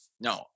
no